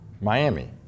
Miami